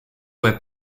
where